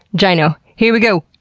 gyno. here we go!